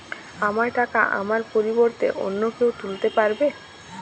আমার টাকা আমার পরিবর্তে অন্য কেউ তুলতে পারবে?